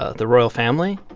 ah the royal family?